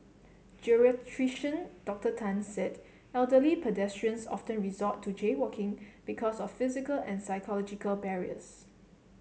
Geriatrician Doctor Tan said elderly pedestrians often resort to jaywalking because of physical and psychological barriers